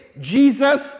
Jesus